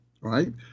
right